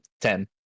Ten